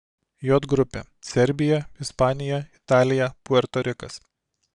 j grupė serbija ispanija italija puerto rikas